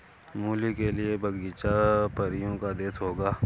मूली के लिए बगीचा परियों का देश होगा